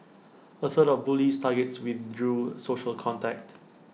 A third of bullies targets withdrew social contact